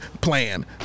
plan